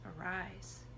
arise